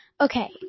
Okay